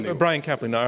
but bryan caplan. ah